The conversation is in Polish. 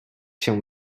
się